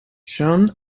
sean